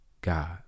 God